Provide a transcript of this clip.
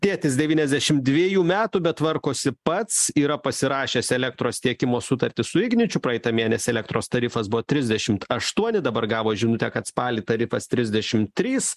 tėtis devyniasdešim dviejų metų bet tvarkosi pats yra pasirašęs elektros tiekimo sutartį su igničiu praeitą mėnesį elektros tarifas buvo trisdešimt aštuoni dabar gavo žinutę kad spalį tarifas trisdešim trys